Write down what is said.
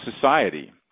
society